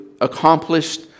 accomplished